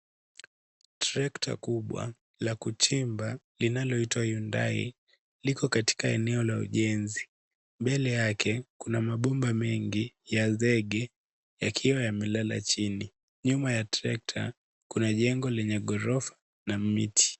Tractor kubwa la kuchimba linaloitwa Hyundai liko katika eneo la ujenzi, mbele yake kuna mabomba mengi ya zege yakiwa yamelala chini, nyuma ya tractor kuna jengo lenye gorofa na miti.